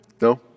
No